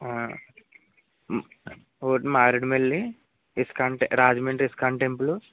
ఒకటి Maredumilli ISKCON Rajahmundry ISKCON temple